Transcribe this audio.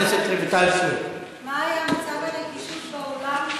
מה היה מצב הנגישות באולם?